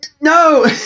No